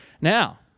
Now